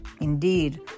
indeed